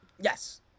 Yes